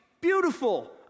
beautiful